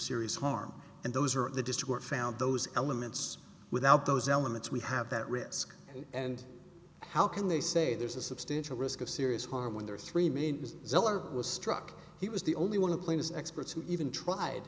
serious harm and those are the destroyer found those elements without those elements we have that risk and how can they say there's a substantial risk of serious harm when there are three main zeller was struck he was the only one who claims experts who even tried